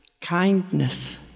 kindness